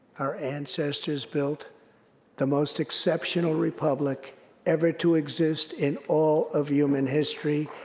our ancestors built the most exceptional republic ever to exist in all of human history,